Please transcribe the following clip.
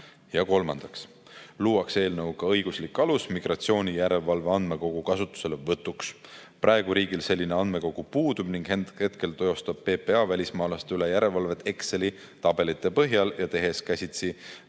Kolmandaks luuakse eelnõu kohaselt õiguslik alus migratsioonijärelevalve andmekogu kasutuselevõtuks. Praegu riigil selline andmekogu puudub ning hetkel teostab PPA välismaalaste üle järelevalvet Exceli tabelite põhjal ja tehes käsitsi